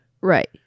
Right